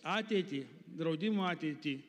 ateitį draudimų ateitį